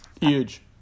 Huge